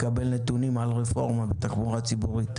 לקבל נתונים על רפורמה בתחבורה ציבורית.